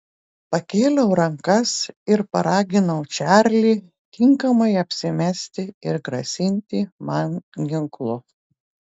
pakėliau rankas ir paraginau čarlį tinkamai apsimesti ir grasinti man ginklu